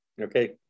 Okay